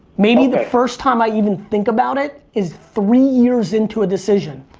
maybe the first time i even think about it, is three years into a decision.